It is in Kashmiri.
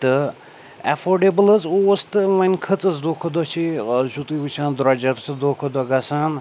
تہٕ ایٚفٲرڈیبٕل حظ اوٗس تہٕ وۄنۍ کھٔژٕس دۄہ کھۄتہٕ دۄہ چھِ آز چھُو تُہۍ وُچھان درٛوجَر چھِ دۄہ کھۄتہٕ دۄہ گژھان